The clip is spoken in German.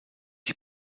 die